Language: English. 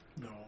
No